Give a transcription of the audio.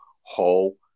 whole